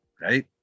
right